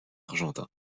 argentin